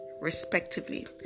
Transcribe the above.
respectively